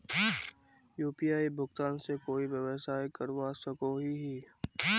UPI भुगतान से कोई व्यवसाय करवा सकोहो ही?